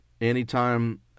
anytime